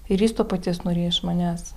ir jis to paties norėjo iš manęs